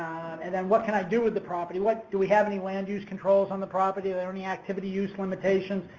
and then what can i do with the property? what, do we have any land use controls on the property? are there any activity use limitations?